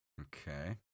Okay